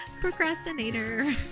procrastinator